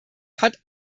hat